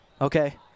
okay